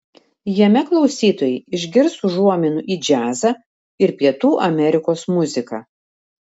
jame klausytojai išgirs užuominų į džiazą ir pietų amerikos muziką